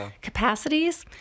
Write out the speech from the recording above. capacities